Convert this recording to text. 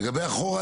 לגבי אחורה,